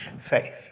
faith